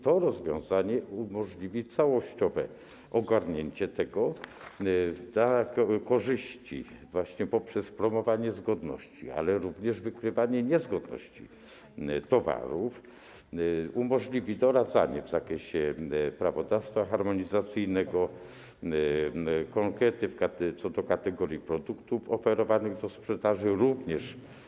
To rozwiązanie umożliwi całościowe ogarnięcie tego, przyniesie dodatkowe korzyści właśnie poprzez promowanie zgodności, ale również wykrywanie niezgodności towarów i umożliwi doradzanie w zakresie prawodawstwa harmonizacyjnego i konkretnych kategorii produktów oferowanych do sprzedaży on-line.